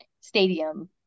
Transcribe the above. stadium